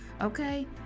okay